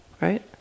Right